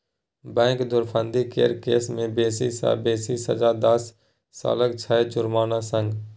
bank धुरफंदी केर case मे बेसी सँ बेसी सजा दस सालक छै जुर्माना संग